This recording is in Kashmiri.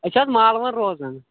أسۍ چھ حظ مالون روزان